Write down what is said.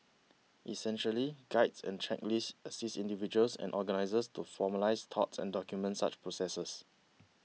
essentially guides and checklist assist individuals and organisers to formalise thoughts and documents such processes